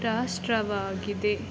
ರಾಷ್ಟ್ರವಾಗಿದೆ